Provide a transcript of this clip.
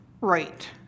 right